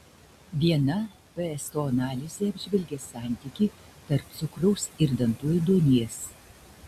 viena pso analizė apžvelgė santykį tarp cukraus ir dantų ėduonies